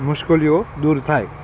મુશ્કેલીઓ દૂર થાય